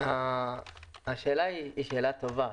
זו שאלה טובה.